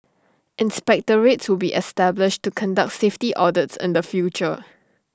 inspectorate to be established to conduct safety audits in the future